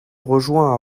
rejoint